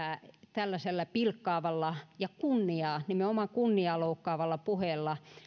tällaisella pilkkaavalla ja kunniaa nimenomaan kunniaa loukkaavalla puheella